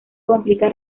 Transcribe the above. complica